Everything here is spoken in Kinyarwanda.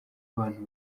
abantu